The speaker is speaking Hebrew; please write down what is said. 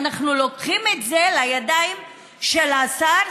אנחנו לוקחים את זה לידיים של השר,